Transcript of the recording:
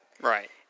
Right